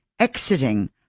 Exiting